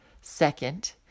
Second